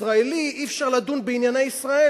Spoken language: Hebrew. כישראלי אי-אפשר לדון בענייני ישראל,